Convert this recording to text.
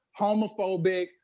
homophobic